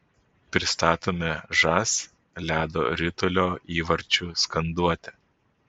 pristatome žas ledo ritulio įvarčių skanduotę